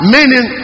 Meaning